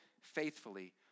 faithfully